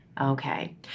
Okay